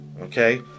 okay